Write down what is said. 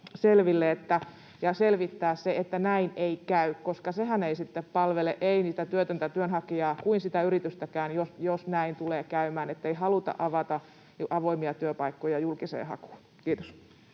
selvittää, että näin ei käy, koska sehän ei sitten palvele työtöntä työnhakijaa eikä sitä yritystäkään, jos näin tulee käymään, ettei haluta avata avoimia työpaikkoja julkiseen hakuun. — Kiitos.